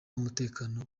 k’umutekano